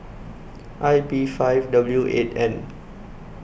I P five W eight N